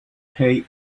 pay